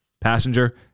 Passenger